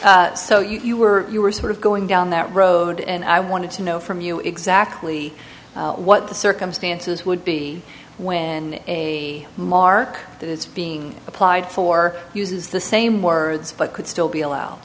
so you were you were sort of going down that road and i wanted to know from you exactly what the circumstances would be when a mark that it's being applied for uses the same word words but could still be allowed